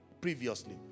previously